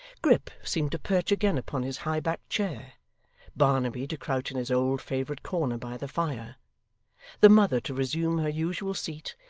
grip seemed to perch again upon his high-backed chair barnaby to crouch in his old favourite corner by the fire the mother to resume her usual seat,